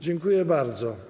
Dziękuję bardzo.